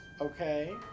Okay